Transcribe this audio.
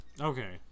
Okay